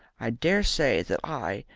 i dare say that i,